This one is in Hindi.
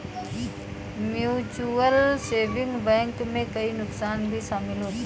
म्यूचुअल सेविंग बैंक में कई नुकसान भी शमिल होते है